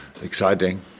Exciting